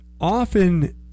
Often